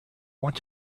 want